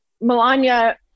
Melania